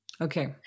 Okay